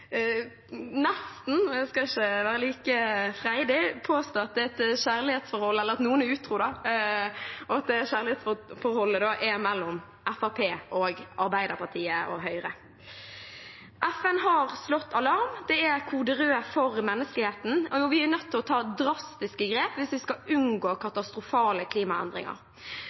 nesten – jeg skal ikke være like freidig – påstå at det er et kjærlighetsforhold eller at noen er utro, og at kjærlighetsforholdet da er mellom Fremskrittspartiet og Arbeiderpartiet og Høyre. FN har slått alarm. Det er kode rød for menneskeheten, og vi er nødt til å ta drastiske grep hvis vi skal unngå katastrofale klimaendringer.